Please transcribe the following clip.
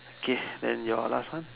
okay then your last one